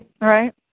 Right